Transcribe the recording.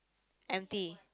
empty